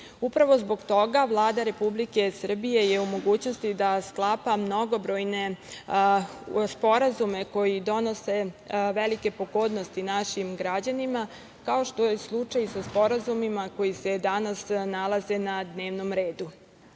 Upravo zbog toga Vlada Republike Srbije je u mogućnosti da sklapa mnogobrojne sporazume koji donose velike pogodnosti našim građanima, kao što je slučaj sa sporazumima koji se danas nalaze na dnevnom redu. Svoju